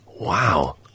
Wow